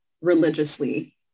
religiously